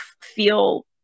feel